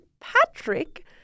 Patrick